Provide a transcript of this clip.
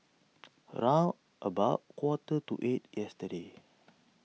round about quarter to eight yesterday